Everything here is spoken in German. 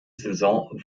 saison